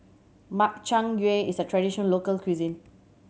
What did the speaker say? Makchang Gui is a traditional local cuisine